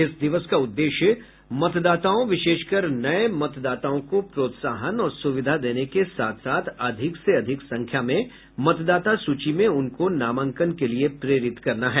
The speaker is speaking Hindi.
इस दिवस का उद्देश्य मतदाताओं विशेषकर नये मतदाताओं को प्रोत्साहन और सुविधा देने के साथ साथ अधिक से अधिक संख्या में मतदाता सूची में उनको नामांकन के लिए प्रेरित करना है